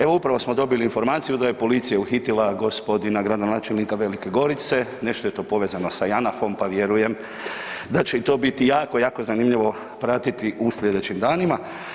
Evo upravo smo dobili informaciju da je policija uhitila gospodina gradonačelnika Velike Gorice, nešto je to povezano sa JANAF-om pa vjerujem da će to biti jako, jako zanimljivo pratiti u sljedećim danima.